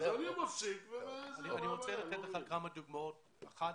אני רוצה לתת לך כמה דוגמאות כאשר אחת